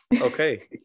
okay